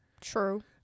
True